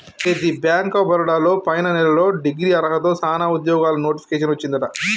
అరే the bank of Baroda లో పైన నెలలో డిగ్రీ అర్హతతో సానా ఉద్యోగాలు నోటిఫికేషన్ వచ్చిందట